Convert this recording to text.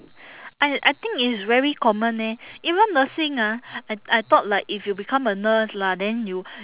I I think it's very common eh even nursing ah I I thought like if you become a nurse lah then you